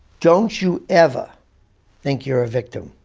don't you ever think you're a victim.